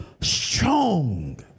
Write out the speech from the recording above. strong